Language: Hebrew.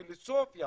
הפילוסופיה,